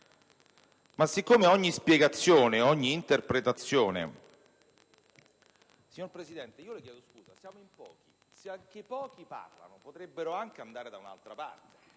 Siccome ogni spiegazione, ogni interpretazione,